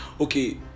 okay